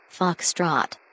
Foxtrot